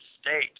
state